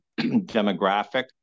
demographic